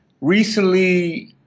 Recently